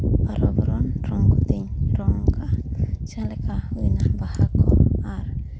ᱵᱟᱨᱚ ᱵᱚᱨᱚᱱ ᱨᱚᱝ ᱠᱚᱛᱤᱧ ᱨᱚᱝ ᱟᱠᱟᱫᱼᱟ ᱡᱟᱦᱟᱸ ᱞᱮᱠᱟ ᱦᱩᱭᱱᱟ ᱵᱟᱦᱟ ᱠᱚ ᱟᱨ